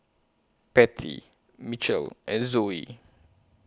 Patty Mitchel and Zoey